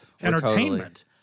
entertainment